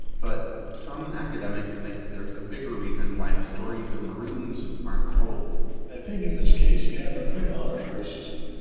but some academics think there's a bigger reason why the stories of maroons aren't told i think in this case, you have a good amount of racism,